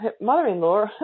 mother-in-law